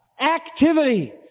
Activity